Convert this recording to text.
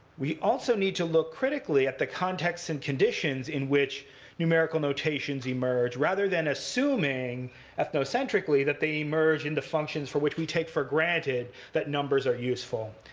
we also need to look critically at the context and conditions in which numerical notations emerge, rather than assuming ethnocentrically that they emerge into functions for which we take for granted that numbers are useful.